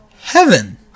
heaven